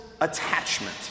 attachment